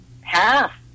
Half